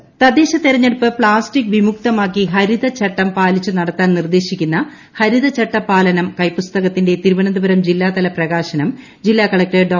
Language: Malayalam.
ഹരിത ചട്ടം തദ്ദേശ തെരഞ്ഞെടുപ്പ് പ്ലാസ്റ്റിക് വിമുക്തമാക്കി ഹരിത ചട്ടം പാലിച്ചു നടത്താൻ ് നീർദേശിക്കുന്നു ഹരിതചട്ട പാലനം കൈപ്പുസ്തകത്തിന്റെ തിരുവനന്തപുരം ജില്ലാതല പ്രകാശനം ജില്ലാ കളക്ടർ ഡോ